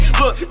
look